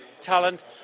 talent